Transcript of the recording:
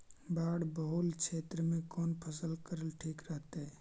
बाढ़ बहुल क्षेत्र में कौन फसल करल ठीक रहतइ?